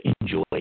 enjoy